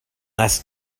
less